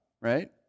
right